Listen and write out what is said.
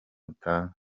mutanga